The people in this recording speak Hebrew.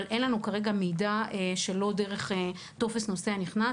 אבל אין לנו כרגע מידע שלא דרך טופס נכנס,